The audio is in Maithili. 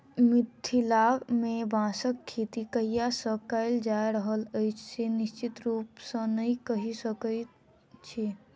मिथिला मे बाँसक खेती कहिया सॅ कयल जा रहल अछि से निश्चित रूपसॅ नै कहि सकैत छी